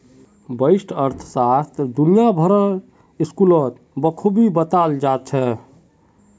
व्यष्टि अर्थशास्त्र दुनिया भरेर स्कूलत बखूबी बताल जा छह